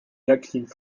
jacqueline